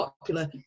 popular